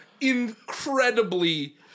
incredibly